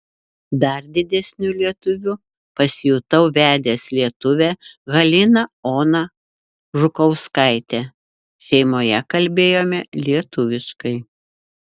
dar didesniu lietuviu pasijutau vedęs lietuvę haliną oną žukauskaitę šeimoje kalbėjome lietuviškai